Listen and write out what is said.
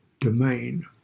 domain